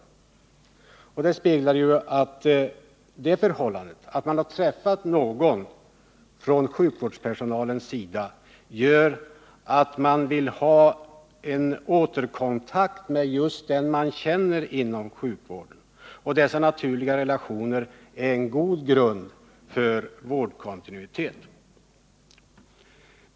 31 maj 1979 Detta säger oss att när någon har kommit i kontakt med en person från sjukvårdspersonalens sida, så vill man få återkontakt med just den personen, som man då tycker sig känna. Sådana naturliga relationer är en god grund för vårdk ntinuitet.